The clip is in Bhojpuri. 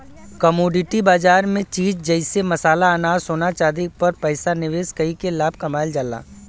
कमोडिटी बाजार में चीज जइसे मसाला अनाज सोना चांदी पर पैसा निवेश कइके लाभ कमावल जाला